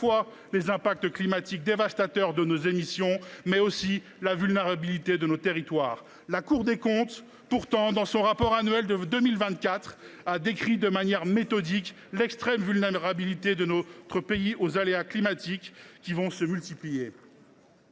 les impacts climatiques dévastateurs de nos émissions et la vulnérabilité de nos territoires. La Cour des comptes, dans son rapport annuel de 2024, a décrit de manière méthodique l’extrême vulnérabilité de notre pays aux aléas climatiques, qui vont se multiplier.